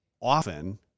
often